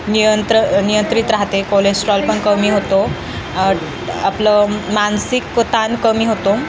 नियंत्र नियंत्रित राहते कोलेस्ट्रॉल पण कमी होतो आपलं मानसिक ताण कमी होतो